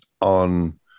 on